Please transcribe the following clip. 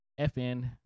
FN